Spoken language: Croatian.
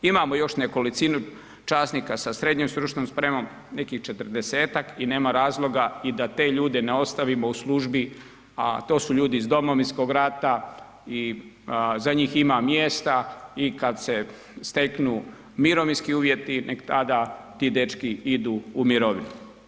Imamo još nekolicinu časnika sa srednjom stručnom spremom, nekih 40-ak i nema razloga i da te ljude ne ostavimo u službi a to su ljudi iz Domovinskog rata i za njih ima mjesta i kada se steknu mirovinski uvjeti neka tada ti dečki idu u mirovinu.